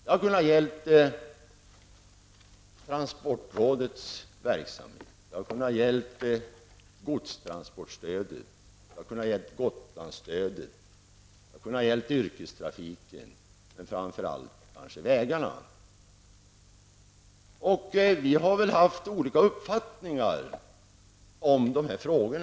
Det har bl.a. gällt transportrådets verksamhet, godstransportstödet, Gotlandsstödet, yrkestrafiken och kanske framför allt vägarna. Vi har väl haft olika uppfattningar om dessa frågor.